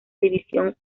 división